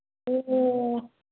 ꯑꯣ ꯑꯣ